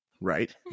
right